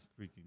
freaking